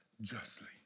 justly